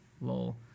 Lol